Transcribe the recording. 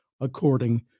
according